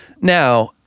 Now